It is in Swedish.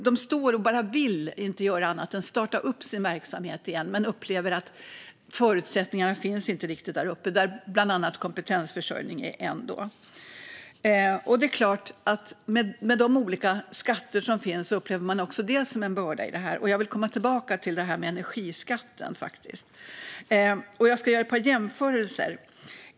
De vill inget annat än att starta sin verksamhet igen, men de upplever att förutsättningarna inte riktigt finns där uppe. Bland dessa är kompetensförsörjningen en. De upplever även de olika skatterna som en börda. Jag vill därför komma tillbaka till energiskatten. Låt mig göra ett par jämförelser.